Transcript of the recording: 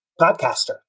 podcaster